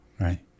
Right